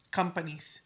companies